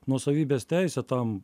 nuosavybės teisė tam